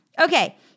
Okay